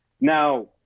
Now